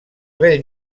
bell